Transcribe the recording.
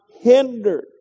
hindered